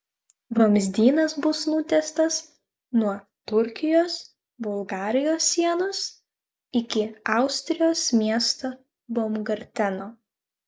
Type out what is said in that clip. vamzdynas bus nutiestas nuo turkijos bulgarijos sienos iki austrijos miesto baumgarteno